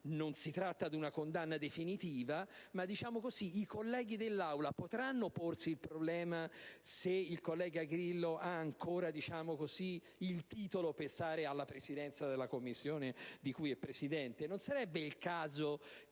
Non si tratta di una condanna definitiva, ma i colleghi dell'Aula potranno porsi il problema se il collega Grillo ha ancora titolo per mantenere la Presidenza dell'8a Commissione? Non sarebbe il caso che